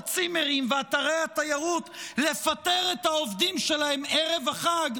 הצימרים ואתרי התיירות לפטר את העובדים שלהם ערב החג,